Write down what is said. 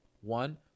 One